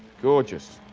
gorgeous.